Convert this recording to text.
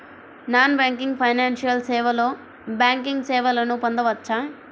Non banking financial సేవలో banking సేవలను పొందవచ్చా?